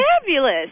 Fabulous